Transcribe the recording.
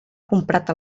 comprat